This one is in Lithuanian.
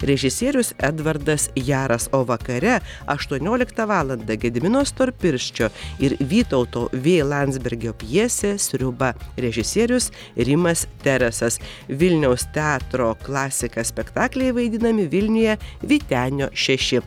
režisierius edvardas jaras o vakare aštuonioliktą valandą gedimino storpirščio ir vytauto vė landsbergio pjesė sriuba režisierius rimas teresas vilniaus teatro klasika spektakliai vaidinami vilniuje vytenio šeši